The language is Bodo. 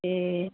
ए